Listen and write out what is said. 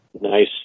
Nice